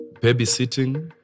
babysitting